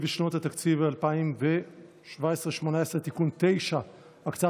לשנות התקציב 2017 ו-2018) (תיקון מס' 9) (הקצאת